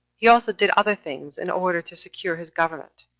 he also did other things, in order to secure his government,